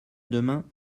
demain